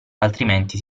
altrimenti